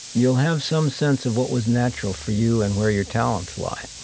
you'll have some sense of what was natural for you and where your talents lie.